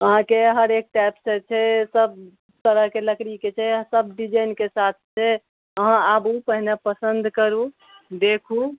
अहाँके हरेक टाइपसँ छै सब तरहके लकड़ीके छै सब डिजाइनके साथ छै अहाँ आबू पहिने पसन्द करू देखू